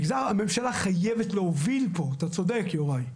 הממשלה חייבת להוביל פה, אתה צודק יוראי.